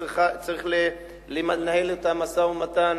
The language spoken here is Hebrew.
שצריכה לנהל את המשא-ומתן?